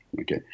okay